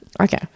Okay